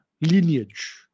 lineage